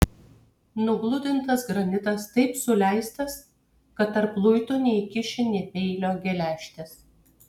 nugludintas granitas taip suleistas kad tarp luitų neįkiši nė peilio geležtės